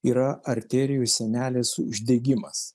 yra arterijų sienelės uždegimas